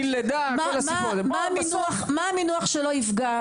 מה המינוח שלא יפגע?